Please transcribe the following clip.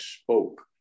spoke